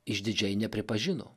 išdidžiai nepripažino